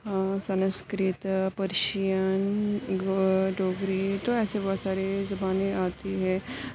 Sanskrit Persian Dogri تو ایسے بہت ساری زبانیں آتی ہیں